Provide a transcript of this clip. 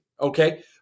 okay